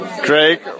Craig